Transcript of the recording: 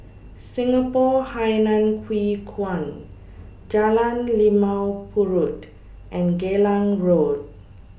Singapore Hainan Hwee Kuan Jalan Limau Purut and Geylang Road